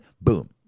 boom